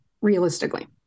realistically